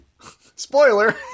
spoiler